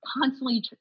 constantly